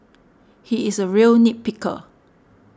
he is a real nit picker